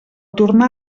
tornar